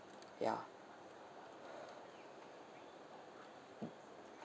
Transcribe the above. ya